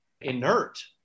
inert